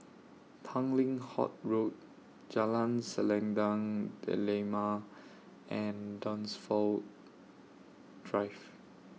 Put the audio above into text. Tanglin Halt Road Jalan Selendang Delima and Dunsfold Drive